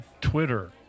Twitter